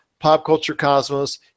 popculturecosmos